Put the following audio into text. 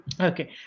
Okay